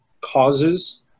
causes